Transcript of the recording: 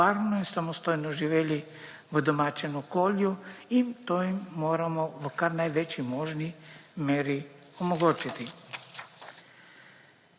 varno in samostojno živeli v domačem okolju in to jim moramo v kar največji možni meri omogočiti.